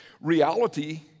Reality